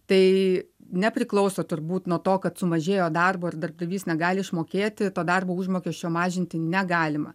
tai nepriklauso turbūt nuo to kad sumažėjo darbo ir darbdavys negali išmokėti to darbo užmokesčio mažinti negalima